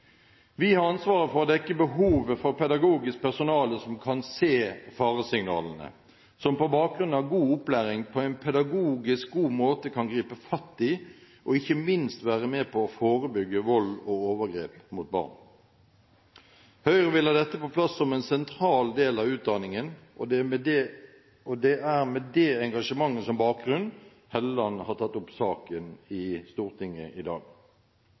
Vi har ansvaret for å dekke behovet for pedagogisk personale som kan se faresignalene, som på bakgrunn av god opplæring på en pedagogisk god måte kan gripe fatt i og ikke minst være med på å forebygge vold og overgrep mot barn. Høyre vil ha dette på plass som en sentral del av utdanningen, og det er med det engasjementet som bakgrunn at Hofstad Helleland har tatt saken opp i Stortinget i dag.